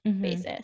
basis